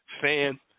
fan